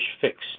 fixed